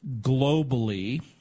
globally